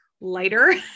lighter